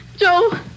Joe